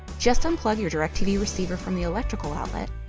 just unplug your directv receiver from the electrical outlet